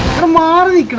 remodeling,